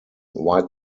white